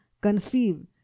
conceive